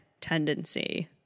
tendency